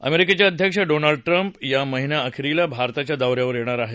अमेरिकेचे अध्यक्ष Donald Trump या महिनाअखेरीला भारताच्या दौ यावर येणार आहेत